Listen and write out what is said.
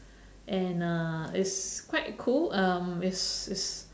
and uh it's quite cool um it's it's